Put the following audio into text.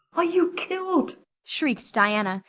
are you killed? shrieked diana,